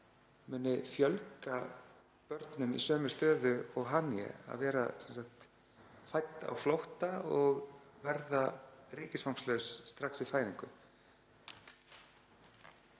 muni fjölga börnum í sömu stöðu og Haniye, að vera fædd á flótta og verða ríkisfangslaus strax við fæðingu.